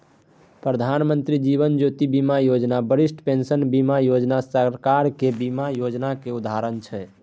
प्रधानमंत्री जीबन ज्योती बीमा योजना, बरिष्ठ पेंशन बीमा योजना सरकारक बीमा योजनाक उदाहरण छै